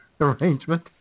arrangement